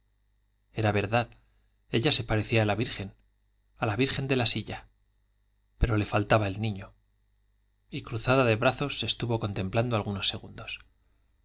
era verdad ella se parecía a la virgen a la virgen de la silla pero le faltaba el niño y cruzada de brazos se estuvo contemplando algunos segundos